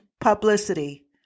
publicity